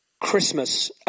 Christmas